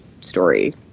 story